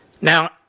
Now